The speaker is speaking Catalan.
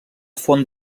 font